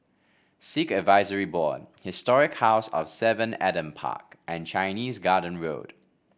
Sikh Advisory Board Historic House of Seven Adam Park and Chinese Garden Road